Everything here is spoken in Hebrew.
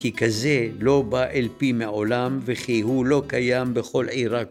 כי כזה לא בא אל פי מעולם, וכי הוא לא קיים בכל עיראק.